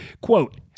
Quote